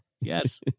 Yes